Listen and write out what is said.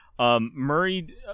Murray